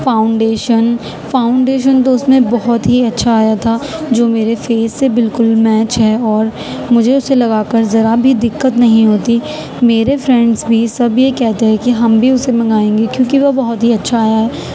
foundation foundation تو اس میں بہت ہی اچھا آیا تھا جو میرے فیس سے بالکل میچ ہے اور مجھے اسے لگا کر ذرا بھی دقت نہیں ہوتی میرے فرینڈز بھی سب یہ کہتے ہیں کہ ہم بھی اسے منگائیں گے کیوںکہ وہ بہت ہی اچھا آیا ہے